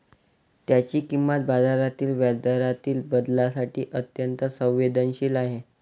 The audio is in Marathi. त्याची किंमत बाजारातील व्याजदरातील बदलांसाठी अत्यंत संवेदनशील आहे